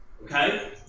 Okay